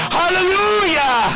hallelujah